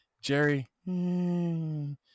Jerry –